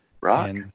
Rock